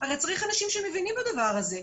הרי צריך אנשים שמבינים בדבר הזה.